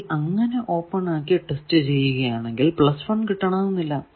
ഇനി അങ്ങനെ ഓപ്പൺ ആക്കി ടെസ്റ്റ് ചെയ്യുകയാണെങ്കിൽ 1 കിട്ടണമെന്നില്ല